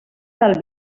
del